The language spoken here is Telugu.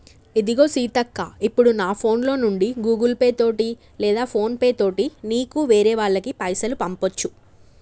ఇదిగో సీతక్క ఇప్పుడు నా ఫోన్ లో నుండి గూగుల్ పే తోటి లేదా ఫోన్ పే తోటి నీకు వేరే వాళ్ళకి పైసలు పంపొచ్చు